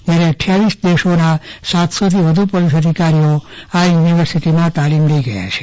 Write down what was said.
જયારે અઠ્ઠાવીસ દેશોના સાતસોથી વ્ધ પોલીસ અધિકારીઓ આ યુનિવર્સિટીમાં તાલીમ લઈ ગયા છે